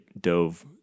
dove